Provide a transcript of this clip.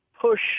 push